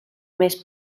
més